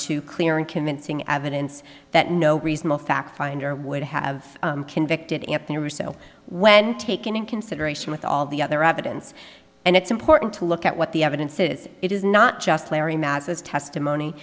to clear and convincing evidence that no reasonable fact finder would have convicted him up there were so when taken in consideration with all the other evidence and it's important to look at what the evidence is it is not just larry massa's testimony